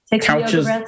Couches